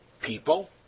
people